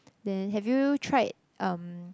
then have you tried um